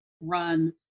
run